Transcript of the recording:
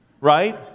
right